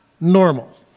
normal